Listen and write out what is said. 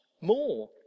more